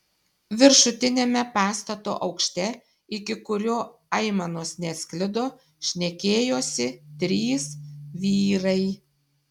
viršutiniame pastato aukšte iki kurio aimanos neatsklido šnekėjosi trys vyrai